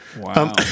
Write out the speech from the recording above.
Wow